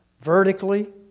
Vertically